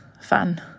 fun